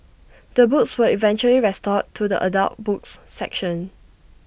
the books were eventually restored to the adult books section